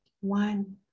one